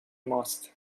ماست